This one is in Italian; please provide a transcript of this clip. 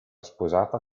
sposata